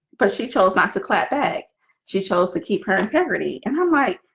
but she chose not to clap beg she chose to keep her integrity and i'm like